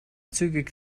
zügig